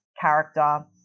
Character